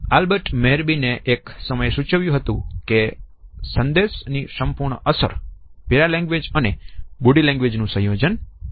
Albert મેહરબિનએ એક સમયે સૂચવ્યું હતું કે સંદેશ ની સંપૂર્ણ અસર પેરા લેંગ્વેજ અને બોડી લેંગ્વેજ નું સંયોજન છે